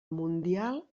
mundial